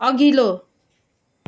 अघिल्लो